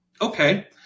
Okay